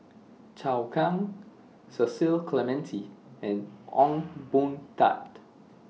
Zhou Can Cecil Clementi and Ong Boon Tat